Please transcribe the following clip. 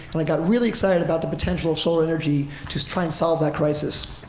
and i got really excited about the potential of solar energy to try and solve that crisis.